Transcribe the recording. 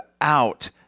out